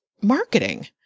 marketing